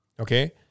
Okay